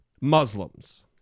muslims